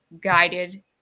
guided